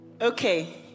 okay